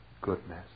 goodness